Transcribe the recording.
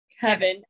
kevin